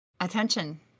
Attention